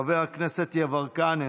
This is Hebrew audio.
חבר הכנסת יברקן,